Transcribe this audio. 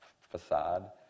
facade